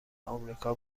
آمریکا